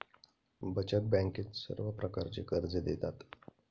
बचत बँकेत सर्व प्रकारची कर्जे देतात